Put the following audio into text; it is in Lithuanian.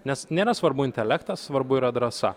nes nėra svarbu intelektas svarbu yra drąsa